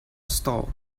stall